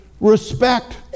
respect